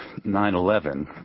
9-11